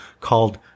called